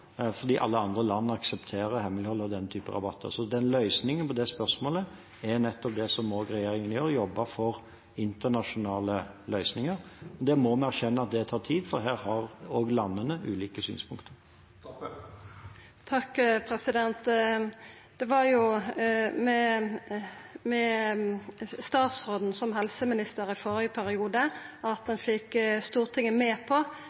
fordi alle andre land aksepterer hemmelighold av denne type rabatter. Så løsningen på det spørsmålet er nettopp det som regjeringen også gjør, å jobbe for internasjonale løsninger, og vi må erkjenne at det tar tid, for her har landene ulike synspunkter. Det var jo med statsråden som helseminister i førre periode at ein fekk Stortinget med på